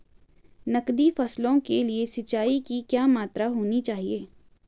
नकदी फसलों के लिए सिंचाई की क्या मात्रा होनी चाहिए?